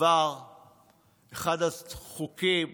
עבר אחד החוקים